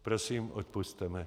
Prosím, odpusťte mi.